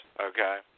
okay